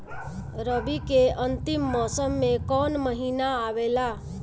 रवी के अंतिम मौसम में कौन महीना आवेला?